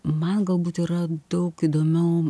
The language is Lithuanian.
man galbūt yra daug įdomiau